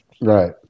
Right